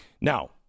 now